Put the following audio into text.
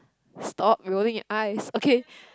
stop you only get ice okay